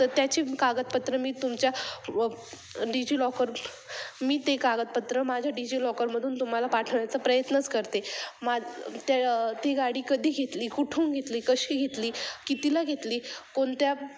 त त्याची कागदपत्र मी तुमच्या डिजिलॉकर मी ते कागदपत्र माझ्या डिजिलॉकरमधून तुम्हाला पाठवण्याचा प्रयत्नच करते मा त्या ती गाडी कधी घेतली कुठून घेतली कशी घेतली कितीला घेतली कोणत्या